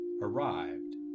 arrived